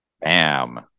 Bam